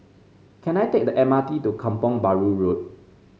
can I take the M R T to Kampong Bahru Road